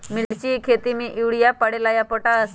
मिर्ची के खेती में यूरिया परेला या पोटाश?